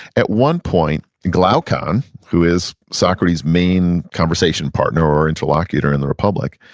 at one point, and glaucon, who is socrates main conversation partner, or interlocutor in the republic,